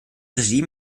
regime